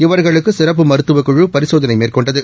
இவர்களுக்கு சிறப்பு மருத்துவக் குழு பரிசோதனை மேற்கொண்டது